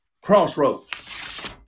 Crossroads